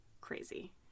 crazy